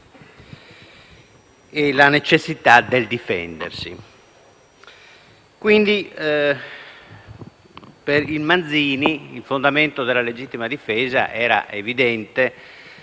e la necessità del difendersi. Quindi, per il Manzini, il fondamento della legittima difesa era evidente